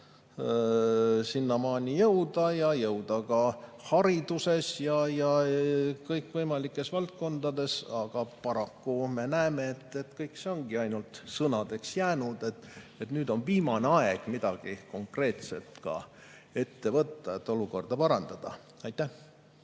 sinnamaani jõuda, ja jõuda ka hariduses ja kõikvõimalikes muudes valdkondades. Aga paraku me näeme, et see on ainult sõnadeks jäänud. Nüüd on viimane aeg midagi konkreetset ette võtta, et olukorda parandada. Aitäh!